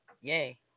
yay